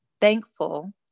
thankful